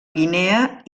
guinea